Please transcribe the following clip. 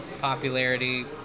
popularity